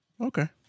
Okay